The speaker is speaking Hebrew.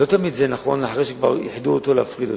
לא תמיד זה נכון, אחרי שכבר איחדו, להפריד.